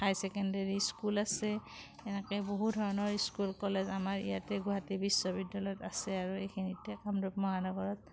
হায় secondary school আছে এনেকে বহুত ধৰণৰ স্কুল কলেজ আমাৰ ইয়াতে গুৱাহাটী বিশ্ববিদ্যালয়ত আছে আৰু এইখিনিতে কামৰূপ মহানগৰত